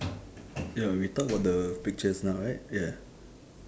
ya we talk about the pictures now right ya